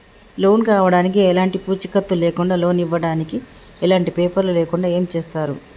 Loan కావడానికి ఎలాంటి పూచీకత్తు లేకుండా లోన్ ఇవ్వడానికి ఎలాంటి పేపర్లు లేకుండా ఏం చేస్తారు?